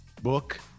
book